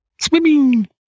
swimming